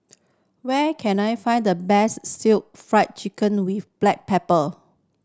where can I find the best Stir Fried Chicken with black pepper